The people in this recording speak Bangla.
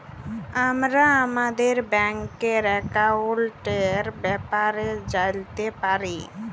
আমরা আমাদের ব্যাংকের একাউলটের ব্যাপারে জালতে পারি